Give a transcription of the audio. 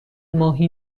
ماهی